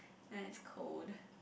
and it's cold